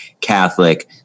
Catholic